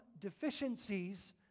deficiencies